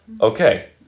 okay